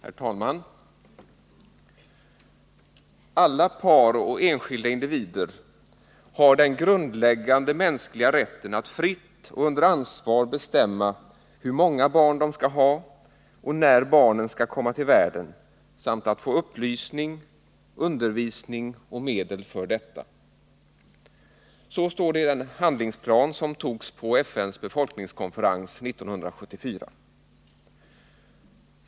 Herr talman! ”Alla par och enskilda individer har den grundläggande mänskliga rätten att fritt och under ansvar bestämma hur många barn de skall ha och när barnen skall komma till världen samt att få upplysning, undervisning och medel för detta.” Så står det i den handlingsplan som antogs på FN:s befolkningskonferens 1974.